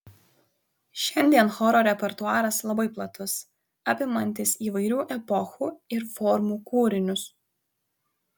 šiandien choro repertuaras labai platus apimantis įvairių epochų ir formų kūrinius